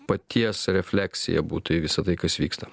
paties refleksija būtų į visa tai kas vyksta